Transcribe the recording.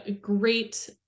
great